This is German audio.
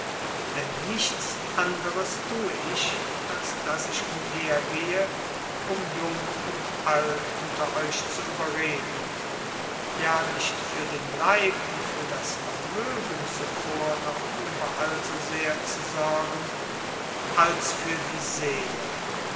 denn nichts anderes tue ich als daß ich umhergehe um jung und alt unter euch zu überreden ja nicht für den leib und für das vermögen zuvor noch überall so sehr zu sorgen als für die seele